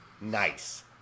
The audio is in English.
Nice